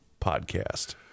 podcast